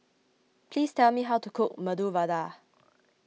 please tell me how to cook Medu Vada